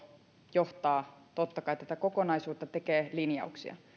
johtaa totta kai tätä kokonaisuutta ja tekee linjauksia